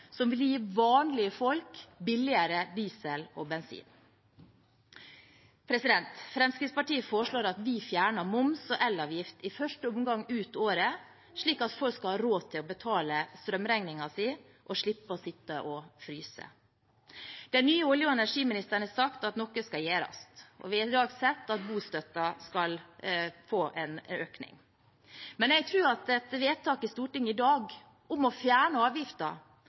som vil gi vanlige folk billigere diesel og bensin. Fremskrittspartiet foreslår at vi fjerner moms og elavgift, i første omgang ut året, slik at folk skal ha råd til å betale strømregningen sin og slippe å sitte og fryse. Den nye olje- og energiministeren har sagt at noe skal gjøres, og vi har i dag sett at bostøtten skal få en økning. Men jeg tror at et vedtak i Stortinget i dag om å fjerne